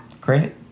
Great